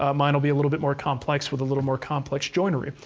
ah mine will be a little bit more complex, with a little more complex joinery.